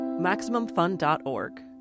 MaximumFun.org